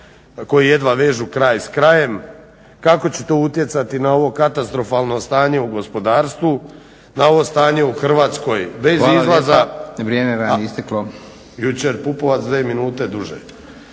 koji jedva vežu kraj s krajem, kako će to utjecati na ovo katastrofalno stanje u gospodarstvu, na ovo stanje u Hrvatskoj bez izlaza… **Leko, Josip (SDP)** Hvala lijepa. Vrijeme vam je isteklo.